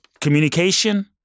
communication